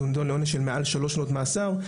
שנידון לעונש של מעל לשלוש שנות מאסר,